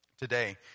today